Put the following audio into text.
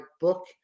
book